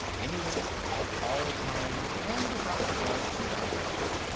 anywhere, at all times, and without regard to direction.